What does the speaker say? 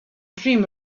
dream